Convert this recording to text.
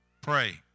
Pray